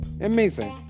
Amazing